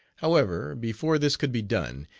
however, before this could be done,